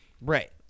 right